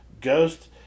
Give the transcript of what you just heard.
Ghost